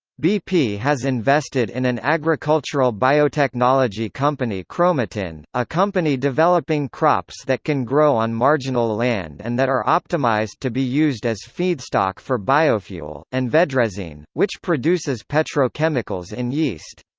bp has invested in an agricultural biotechnology company chromatin, a company developing crops that can grow on marginal land and that are optimized to be used as feedstock for biofuel, and vedrezyne, which produces petrochemicals in yeast.